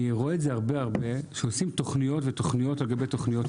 אני רואה את זה הרבה שעושים תכניות על גבי תכניות,